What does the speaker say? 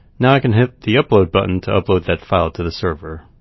now i can hit the upload button to upload that file to the server.